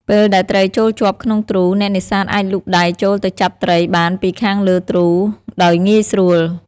ពេលដែលត្រីចូលជាប់ក្នុងទ្រូ អ្នកនេសាទអាចលូកដៃចូលទៅចាប់ត្រីបានពីខាងលើទ្រូដោយងាយស្រួល។